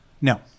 No